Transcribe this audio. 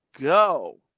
go